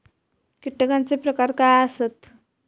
कीटकांचे प्रकार काय आसत?